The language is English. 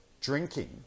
drinking